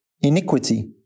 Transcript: iniquity